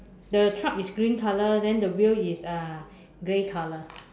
the truck is green color then the wheel is uh grey color